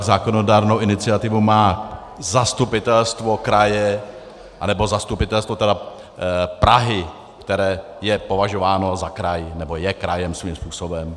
Zákonodárnou iniciativu má zastupitelstvo kraje nebo zastupitelstvo Prahy, která je považována za kraj, nebo je krajem svým způsobem.